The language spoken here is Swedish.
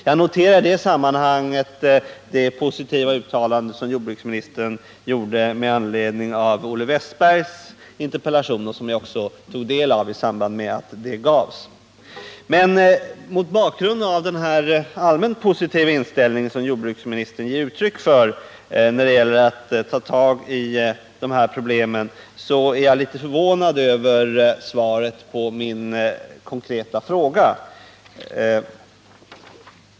Jag noterar i det sammanhanget det positiva uttalande som jordbruksministern gjorde med anledning av Olle Wästbergs interpellation och som också jag tog del av. Men mot bakgrund av den allmänt positiva inställning som jordbruksministern gav uttryck för när det gäller att ta tag i de här problemen är jag litet förvånad över svaret på min konkreta fråga.